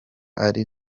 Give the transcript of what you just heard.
ari